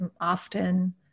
often